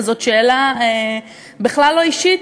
וזו שאלה בכלל לא אישית.